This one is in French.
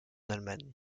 allemagne